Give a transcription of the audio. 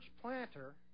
planter